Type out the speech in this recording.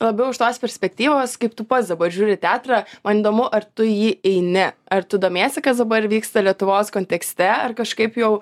labiau iš tos perspektyvos kaip tu pats dabar žiūri į teatrą man įdomu ar tu į jį eini ar tu domiesi kas dabar vyksta lietuvos kontekste ar kažkaip jau